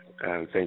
thank